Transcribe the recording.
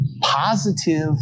positive